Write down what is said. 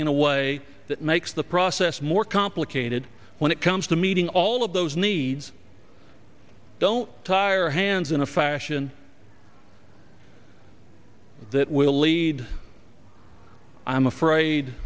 in a way that makes the process more complicated when it comes to meeting all of those needs don't tire hands in a fashion that will lead i'm afraid